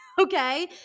Okay